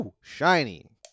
shiny